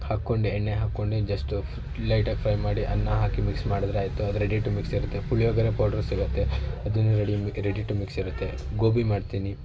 ಹಾಕೊಂಡೆ ಎಣ್ಣೆ ಹಾಕೊಂಡೆ ಜಸ್ಟ ಲೈಟಾಗಿ ಫ್ರೈ ಮಾಡಿ ಅನ್ನ ಹಾಕಿ ಮಿಕ್ಸ್ ಮಾಡಿದರೆ ಆಯಿತು ಅದು ರೆಡಿ ಟು ಮಿಕ್ಸ್ ಇರುತ್ತೆ ಪುಳಿಯೋಗರೆ ಪೌಡರ್ ಸಿಗುತ್ತೆ ಅದನ್ನು ರೆಡಿ ರೆಡಿ ಟು ಮಿಕ್ಸ್ ಇರುತ್ತೆ ಗೋಬಿ ಮಾಡ್ತೀನಿ